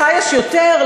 לך יש יותר,